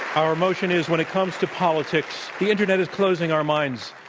our motion is when it comes to politics, the internet is closing our minds.